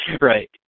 Right